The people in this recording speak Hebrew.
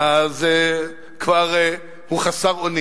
אז הוא כבר חסר אונים.